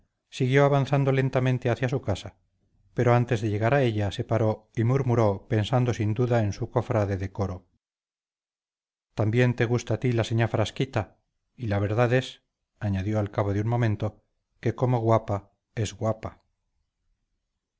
siguió avanzando lentamente hacia su casa pero antes de llegar a ella cometió contra una pared cierta falta que en el porvenir había de ser objeto de un bando de policía y dijo al mismo tiempo pensando sin duda en su cofrade de coro también te gusta a ti la señá frasquita y la verdad es añadió al cabo de un momento que como guapa es guapa